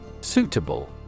Suitable